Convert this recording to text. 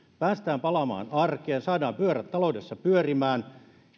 pääsemme palaamaan arkeen ja saamme pyörät taloudessa pyörimään